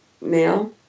now